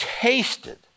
tasted